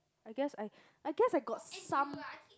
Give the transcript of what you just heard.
I guess I I guess I got some